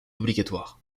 obligatoire